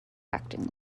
acting